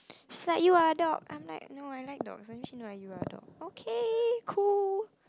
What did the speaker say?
is like you are dog I'm like no I like dogs I wish you know you are dog okay cool